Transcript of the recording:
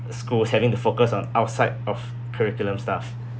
the schools having to focus on outside of curriculum stuff